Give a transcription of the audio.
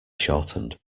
shortened